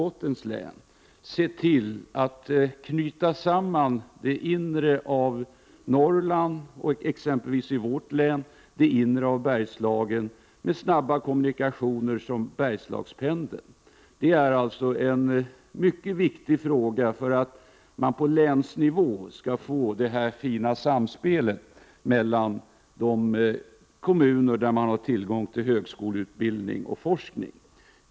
Detta kan också gälla Umeå Västerbottens län och inre Norrland, liksom i mitt län det inre av Bergslagen med Bergslagspendeln. Detta är mycket viktigt för att man på länsnivå skall uppnå det fina samspelet mellan de kommuner som har tillgång till högskoleutbildning och forskning.